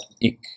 Ik